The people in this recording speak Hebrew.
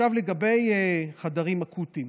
לגבי חדרים אקוטיים,